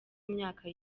imyaka